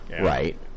right